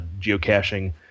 Geocaching